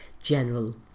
general